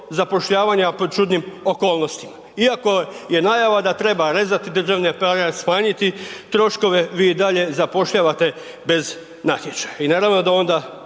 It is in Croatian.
zapošljavanja pod čudnim okolnostima, iako je najava da treba rezati državni aparat, smanjiti troškove i vi i dalje zapošljavate bez natječaja. I naravno da onda